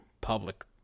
public